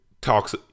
talks